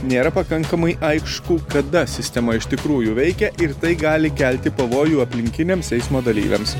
nėra pakankamai aišku kada sistema iš tikrųjų veikia ir tai gali kelti pavojų aplinkiniams eismo dalyviams